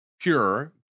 Pure